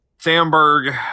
Sandberg